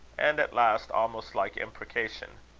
and at last, almost like imprecation.